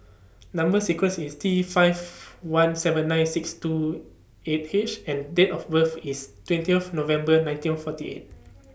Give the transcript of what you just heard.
Number sequence IS T five one seven nine six two eight H and Date of birth IS twentieth November nineteen forty eight